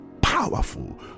powerful